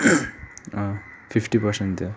अँ fifty percent थियो